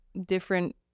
different